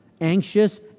Anxious